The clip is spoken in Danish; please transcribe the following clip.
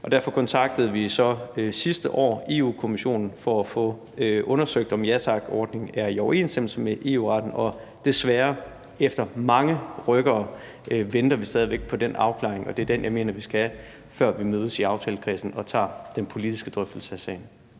derfor kontaktede vi så sidste år Europa-Kommissionen for at få undersøgt, om ja tak-ordningen er i overensstemmelse med EU-retten, og desværre – efter mange rykkere – venter vi stadig væk på den afklaring, og det er den, jeg mener vi skal have, før vi mødes i aftalekredsen og tager den politiske drøftelse af